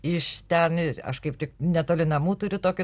iš ten aš kaip tik netoli namų turiu tokį